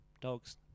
Dogs